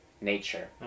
nature